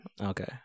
Okay